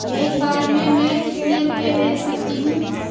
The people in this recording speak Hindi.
एक बार में मैं कितने रुपये भेज सकती हूँ?